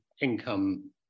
income